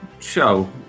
show